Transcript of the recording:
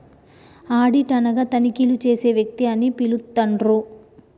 audit అనగా తనిఖీలు చేసే వ్యక్తి అని పిలుత్తండ్రు